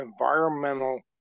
environmental